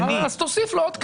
אז תוסיף לו עוד קנס.